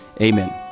Amen